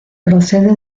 procede